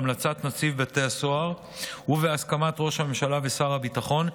בהמלצת נציב בתי הסוהר ובהסכמת ראש הממשלה ושר הביטחון,